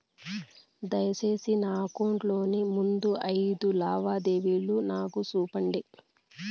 దయసేసి నా అకౌంట్ లో ముందు అయిదు లావాదేవీలు నాకు చూపండి